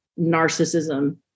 narcissism